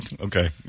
Okay